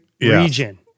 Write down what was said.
region